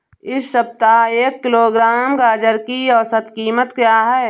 इस सप्ताह एक किलोग्राम गाजर की औसत कीमत क्या है?